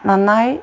നന്നായി